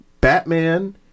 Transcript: Batman